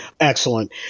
Excellent